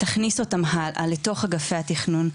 תכניס אותם הלאה לתוך אגפי התכנון,